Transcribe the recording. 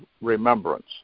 remembrance